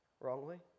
wrongly